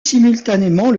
simultanément